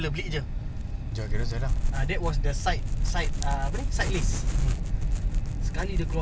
that's why ah that's why aku macam putih belang di musim main bola ke main bola tak main bola two kasut ten dollar jer beli jer lah